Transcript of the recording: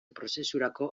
prozesurako